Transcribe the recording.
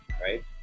right